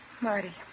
Marty